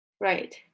Right